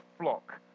flock